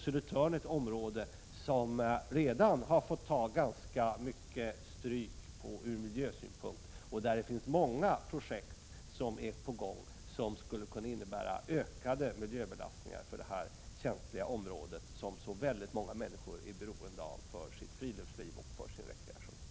Södertörn är ett område som redan har fått ta ganska mycket stryk från miljösynpunkt och där det är många projekt på gång som skulle kunna innebära ökade miljöbelastningar för detta känsliga område, som så många människor är beroende av för sitt friluftsliv och för sin rekreation.